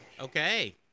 Okay